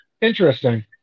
Interesting